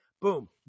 boom